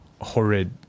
horrid